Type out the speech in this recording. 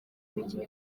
imikino